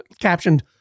captioned